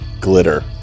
glitter